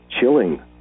chilling